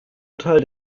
urteil